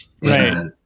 Right